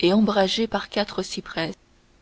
et ombragé par quatre cyprès